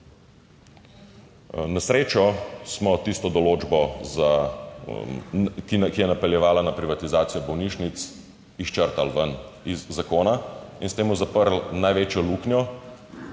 Na srečo smo tisto določbo za, ki je napeljevala na privatizacijo bolnišnic izčrpali ven iz zakona in s tem zaprli največjo luknjo,